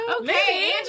Okay